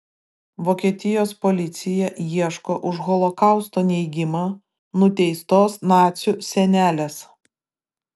vokietijos policija ieško už holokausto neigimą nuteistos nacių senelės